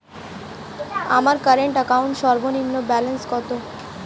আমার current account সর্বনিম্ন balance কত?